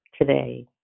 today